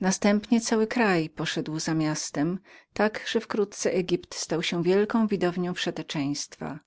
następnie cały kraj poszedł za miastem tak że wkrótce egipt stał się wielką widownią wszeteczeństwa